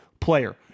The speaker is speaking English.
player